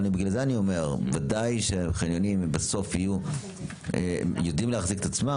בוודאי שהחניונים בסוף יודעים להחזיק את עצמם,